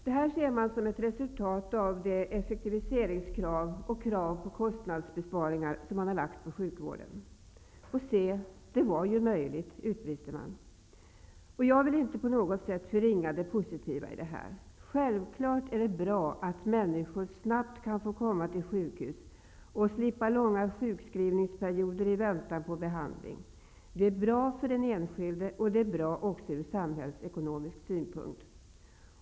Det här ser man som ett resultat av de effektiviseringskrav och krav på kostnadsbesparingar som man lagt på sjukvården. Och se, det var ju möjligt, utbrister man. Jag vill inte på något sätt förringa det positiva i detta. Självklart är det bra att människor snabbt kan få komma till sjukhus och slippa långa sjukskrivningsperioder i väntan på behandling. Det är bra för den enskilde, och det är också bra ur samhällsekonomisk synpunkt.